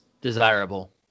desirable